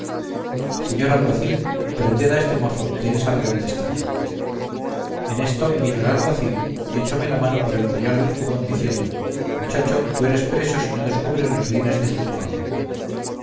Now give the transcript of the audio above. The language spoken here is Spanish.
señor alguacil prended a este mozo que él sabe dónde está en esto vino el alguacil y echóme mano por el collar del jubón diciendo mochacho tú eres preso si no descubres los bienes deste tu amo